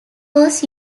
was